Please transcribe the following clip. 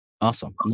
Awesome